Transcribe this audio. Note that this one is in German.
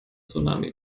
tsunami